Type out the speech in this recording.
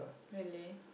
really